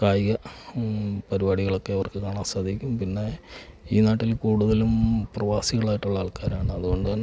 കായിക പരിപാടികളൊക്കെ അവർക്ക് കാണാൻ സാധിക്കും പിന്നെ ഈ നാട്ടില് കൂടുതലും പ്രവാസികൾ ആയിട്ടുള്ള ആൾക്കാരാണ് അതുകൊണ്ടുതന്നെ